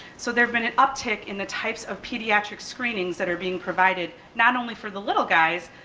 so there's been an uptick in the types of pediatric screenings that are being provided not only for the little guys,